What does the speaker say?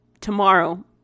Tomorrow